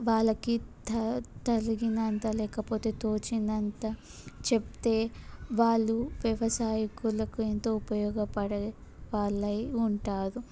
వాళ్ళకి తగినంత లేకపోతే తోచినంత చెప్తే వాళ్ళు వ్యవసాయకులకు ఎంతో ఉపయోగపడే వాళ్ళు అయ్యి ఉంటారు